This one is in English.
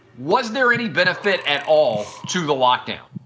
was there any benefit at all to the lockdown?